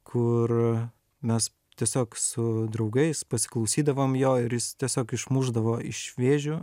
kur mes tiesiog su draugais pasiklausydavom jo ir jis tiesiog išmušdavo iš vėžių